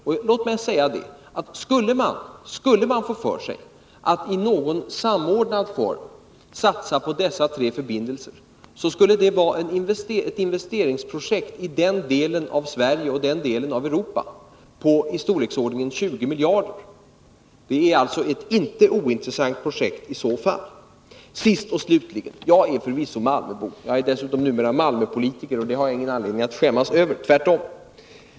Och låt mig säga att skulle man få för sig att i någon samordnad form satsa på dessa tre förbindelser, så skulle det röra sig om ett investeringsprojekt i denna del av Sverige och i denna del av Europa i storleksordningen 20 miljarder. Det är alltså ett inte ointressant projekt. Sist och slutligen: Jag är förvisso malmöbo. Numera är jag dessutom Malmöpolitiker, och det har jag ingen anledning att skämmas över, tvärtom.